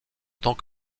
tant